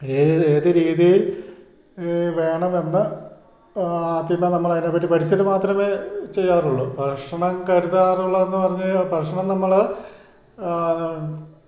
ഏത് ഏതു രീതിയിൽ വേണമെന്ന് ആദ്യമേ നമ്മളതിനെപ്പറ്റി പഠിച്ചിട്ട് മാത്രമേ ചെയ്യാറുള്ളു ഭക്ഷണം കരുതാറുള്ളതെന്ന് പറഞ്ഞു കഴിഞ്ഞാൽ ഭക്ഷണം നമ്മൾ